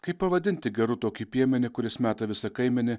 kaip pavadinti geru tokį piemenį kuris meta visą kaimenę